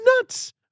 nuts